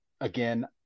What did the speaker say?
Again